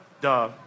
Duh